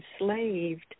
enslaved